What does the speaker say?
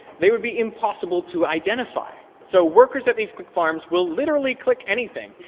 they would be impossible to identify. so workers at these click-farms will literally click anything.